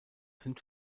sind